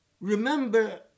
Remember